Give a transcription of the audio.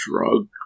drug